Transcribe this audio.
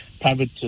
Private